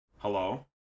Hello